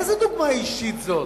איזו דוגמה אישית זאת?